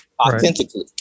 authentically